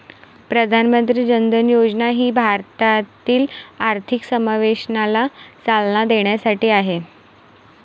प्रधानमंत्री जन धन योजना ही भारतातील आर्थिक समावेशनाला चालना देण्यासाठी आहे